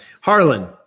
Harlan